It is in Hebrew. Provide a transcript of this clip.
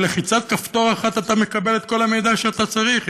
בלחיצת כפתור אחת אתה מקבל את כל המידע שאתה צריך,